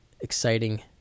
exciting